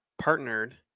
partnered